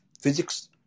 physics